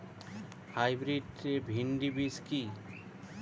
Hybrid ভীন্ডি বীজ কি?